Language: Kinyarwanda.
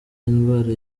indwara